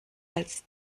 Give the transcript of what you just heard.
als